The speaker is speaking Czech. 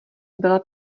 byla